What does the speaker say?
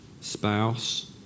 spouse